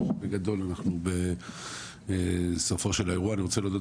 בגדול בסופו של האירוע אני רוצה להודות